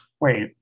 Wait